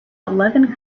eleven